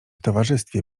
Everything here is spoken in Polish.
towarzystwie